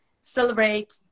celebrate